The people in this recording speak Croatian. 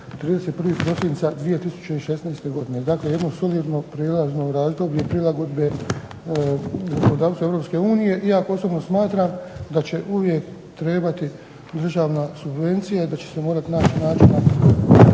31. prosinca 2016. Dakle, jedno solidno prijelazno razdoblje prilagodbe zakonodavstvu Europske unije iako osobno smatram da će uvijek trebati državna subvencija i da će se morat naći načina